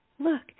Look